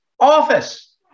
Office